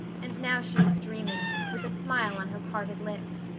and now she was dreaming, with a smile on her parted lips.